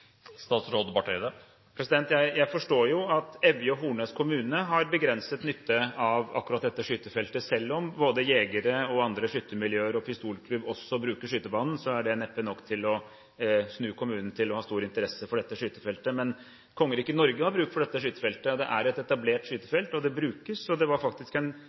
Jeg forstår jo at Evje og Hornnes kommune har begrenset nytte av akkurat dette skytefeltet. Selv om både jegere og andre skyttermiljøer og pistolklubber også bruker skytebanen, er det neppe nok til å snu kommunen til å ha stor interesse for dette skytefeltet. Men kongeriket Norge har bruk for dette skytefeltet. Det er et etablert skytefelt, og det brukes. Det var faktisk en